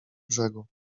brzegu